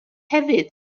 hefyd